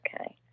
okay